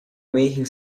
making